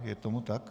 Je tomu tak?